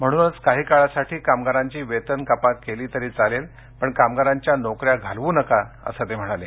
म्हणूनच काही काळासाठी कामगारांची वेतन कपात केली तरी चालेल पण कामगारांच्या नोकऱ्या घालवू नका असं ते म्हणाले